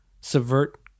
subvert